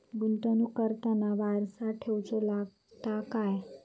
गुंतवणूक करताना वारसा ठेवचो लागता काय?